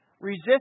Resist